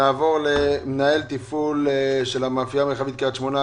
נעבור למנהל תפעול המאפייה המרחבית קריית שמונה,